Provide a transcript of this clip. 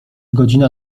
godzina